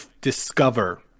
discover